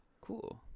cool